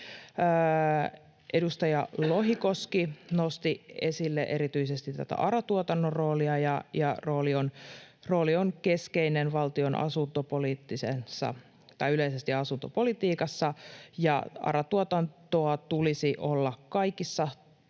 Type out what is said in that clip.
Edustaja Lohikoski nosti esille erityisesti ARA-tuotannon roolia. Rooli on keskeinen yleisesti asuntopolitiikassa, ja ARA-tuotantoa tulisi olla kaikissa taloudellisissa